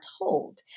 told